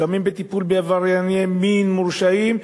פגמים בטיפול בעברייני מין מורשעים,